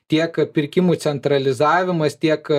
tiek pirkimų centralizavimas tiek